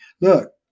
Look